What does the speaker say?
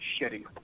shitty